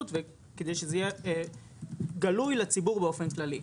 וכדי שזה יהיה גלוי לציבור באופן כללי.